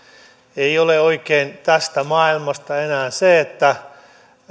ei ole oikein tästä maailmasta enää se että